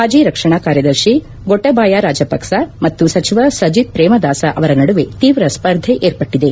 ಮಾಜಿ ರಕ್ಷಣಾ ಕಾರ್ಯದರ್ತಿ ಗೊಟಬಾಯ ರಾಜಪಕ್ಷ ಮತ್ತು ಸಚಿವ ಸಜಿತ್ ಶ್ರೇಮದಾಸ ಅವರ ನಡುವೆ ತೀವ್ರ ಸ್ಪರ್ಧೆ ಏರ್ಪಟ್ಟಿದೆ